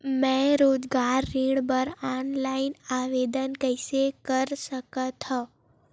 मैं रोजगार ऋण बर ऑनलाइन आवेदन कइसे कर सकथव?